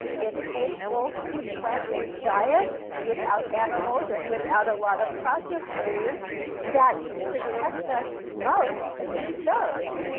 it's a whole food plant-based diet without animals and without a lot of processed food that protects us most against those.